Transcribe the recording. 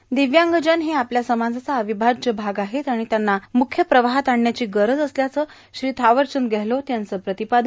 र्दिव्यांगजन हे आपल्या समाजाचा एक र्आवभाज्य भाग आहेत आर्गाण त्यांना मुख्य प्रवाहात आणण्याची गरज असल्याचं श्री थावरचंद गेहलोत याचं प्रांतपादन